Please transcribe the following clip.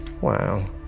wow